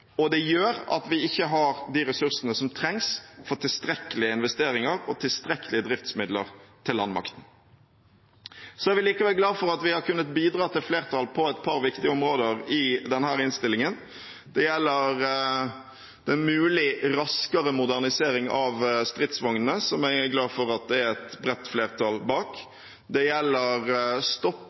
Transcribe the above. og det gjør at vi ikke har de ressursene som trengs for tilstrekkelige investeringer og tilstrekkelige driftsmidler til landmakten. Vi er likevel glade for at vi har kunnet bidra til flertall på et par viktige områder i denne innstillingen. Det gjelder en mulig raskere modernisering av stridsvognene, som jeg er glad for at det er et bredt flertall bak. Det gjelder stopp